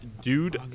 Dude